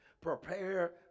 prepare